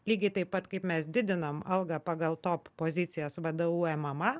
lygiai taip pat kaip mes didinom algą pagal top pozicijas vdu mma